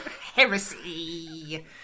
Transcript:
Heresy